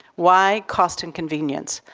why? cost and convenience.